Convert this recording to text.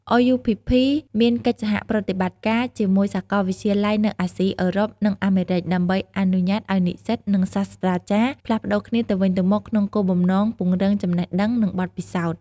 RUPP មានកិច្ចសហប្រតិបត្តិការជាមួយសាកលវិទ្យាល័យនៅអាស៊ី អឺរ៉ុប និងអាមេរិក ដើម្បីអនុញ្ញាតឱ្យនិស្សិត និងសាស្ត្រាចារ្យផ្លាស់ប្តូរគ្នាទៅវិញទៅមក ក្នុងគោលបំណងពង្រឹងចំណេះដឹង និងបទពិសោធន៍។